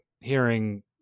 hearing